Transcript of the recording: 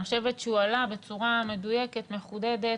אני חושבת שהוא עלה בצורה מדויקת ומחודדת.